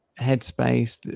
headspace